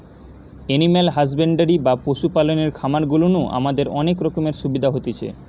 animal husbandry বা পশু পালনের খামার গুলা নু আমাদের অনেক রকমের সুবিধা হতিছে